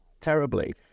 terribly